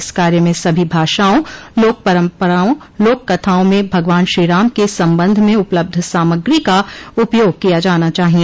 इस कार्य में सभी भाषाओं लोक परम्पराओं लोककथाओं में भगवान श्रीराम के सम्बन्ध में उपलब्ध सामग्री का उपयोग किया जाना चाहिए